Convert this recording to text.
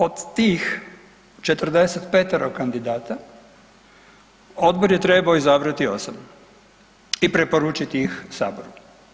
Od tih 45 kandidata odbor je trebao izabrati 8 i preporučiti ih Saboru.